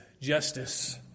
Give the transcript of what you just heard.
justice